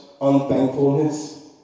unthankfulness